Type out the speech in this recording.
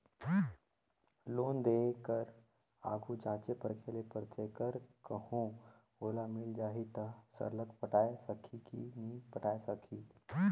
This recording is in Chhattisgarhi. लोन देय कर आघु जांचे परखे ले परथे कर कहों ओला मिल जाही ता सरलग पटाए सकही कि नी पटाए सकही